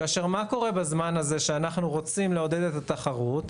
כאשר מה קורה בזמן הזה כשאנחנו רוצים לעודד את התחרות?